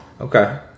okay